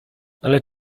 ale